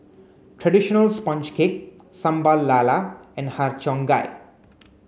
traditional sponge cake Sambal Lala and Har Cheong Gai